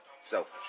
selfish